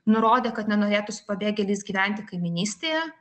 nurodė kad nenorėtų su pabėgėliais gyventi kaimynystėje